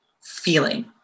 feeling